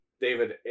David